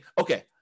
okay